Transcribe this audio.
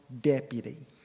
deputy